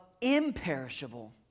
imperishable